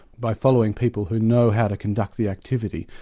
by following people who know how to conduct the activity.